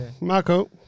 Marco